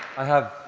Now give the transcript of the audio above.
i have,